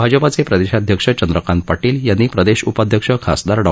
भाजपाचे प्रदेशाध्यक्ष चंद्रकांत पाटील यांनी प्रदेश उपाध्यक्ष खासदार डॉ